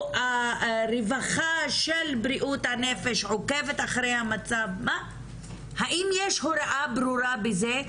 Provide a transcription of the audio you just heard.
או הרווחה של בריאות הנפש עוקבת אחר המצב - האם יש הוראה ברורה בזה,